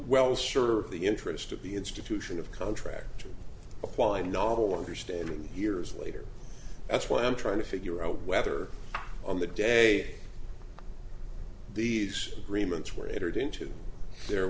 well sure the interest of the institution of contract to apply novel understanding years later that's what i'm trying to figure out whether on the day these agreements were entered into the